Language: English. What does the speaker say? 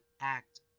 act